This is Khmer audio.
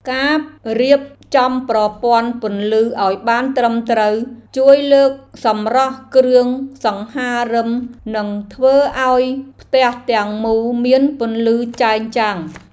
ការរៀបចំប្រព័ន្ធពន្លឺឱ្យបានត្រឹមត្រូវជួយលើកសម្រស់គ្រឿងសង្ហារិមនិងធ្វើឱ្យផ្ទះទាំងមូលមានពន្លឺចែងចាំង។